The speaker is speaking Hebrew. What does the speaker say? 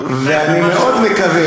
ואני מאוד מקווה,